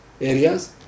areas